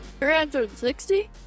360